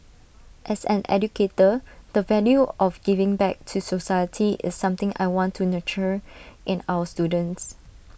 as an educator the value of giving back to society is something I want to nurture in our students